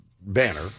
banner